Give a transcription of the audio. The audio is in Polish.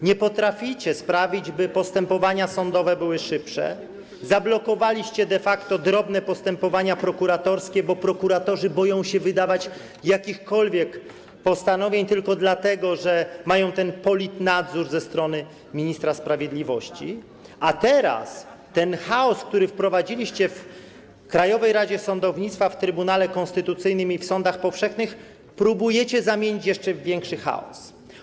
Nie potraficie sprawić, by postępowania sądowe były szybsze, zablokowaliście de facto drobne postępowania prokuratorskie, bo prokuratorzy boją się wydawać jakiekolwiek postanowienia tylko dlatego, że mają ten politnadzór ze strony ministra sprawiedliwości, a teraz ten chaos, który wprowadziliście w Krajowej Radzie Sądownictwa, w Trybunale Konstytucyjnym i w sądach powszechnych, próbujecie zamienić w większy jeszcze chaos.